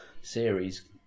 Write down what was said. series